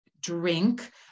drink